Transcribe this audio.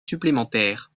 supplémentaire